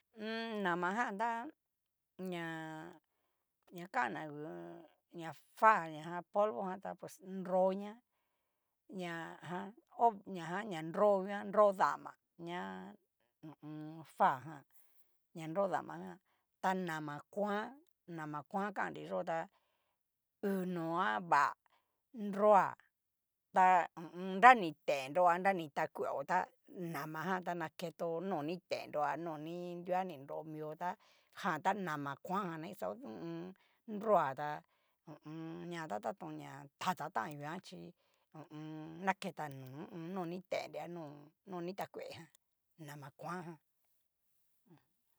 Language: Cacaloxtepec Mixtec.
ñamajan ta ña kana ngu ña fá ñajan polvo jan tá pues nroñá ña. ajan ho ñajan ña nro nguan nro dama ña hu u un. fajan, ña nrodama ján, ta nama kuan mana kuan kannei yó ta uu no'a vá nro ta hu u un. nra ni tennro a nra ni takueo ta nama ján ta naketo nó ni ten nro a noni. nunguan ni nro mio tá jan ta nama kuan jan na kixao hu u un. nroa tá hu u u. ña jan ta tatón ña tata tan nguan chí, hu. naketa nó ho o on. no ni ten'nre a no, no ni ta kue jan nama kuan ján.